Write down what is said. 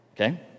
Okay